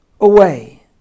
away